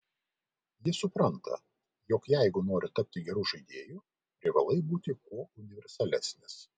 jis supranta jog jeigu nori tapti geru žaidėju privalai būti kuo universalesnis